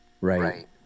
Right